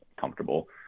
comfortable